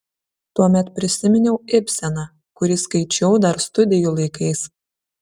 tuomet prisiminiau ibseną kurį skaičiau dar studijų laikais